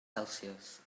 celsius